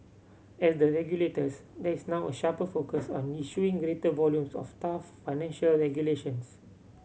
at the regulators there is now a sharper focus on issuing greater volumes of tough financial regulations